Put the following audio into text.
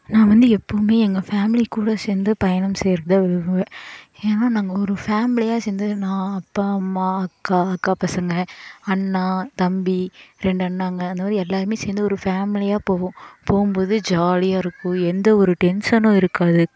நான் வந்து எப்போவுமே எங்க ஃபேமிலி கூட சேர்ந்து பயணம் செய்யறதை விரும்புவேன் ஏனால் நாங்கள் ஒரு ஃபேமிலியாக சேர்ந்து நான் அப்பா அம்மா அக்கா அக்கா பசங்கள் அண்ணா தம்பி ரெண்டு அண்ணாங்க அந்த மாதிரி எல்லோருமே சேர்ந்து ஒரு ஃபேமிலியாக போவோம் போகும்போது ஜாலியாக இருக்கும் எந்த ஒரு டென்ஷனும் இருக்காது